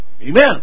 Amen